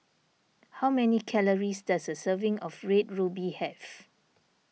how many calories does a serving of Red Ruby have